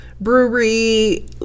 brewery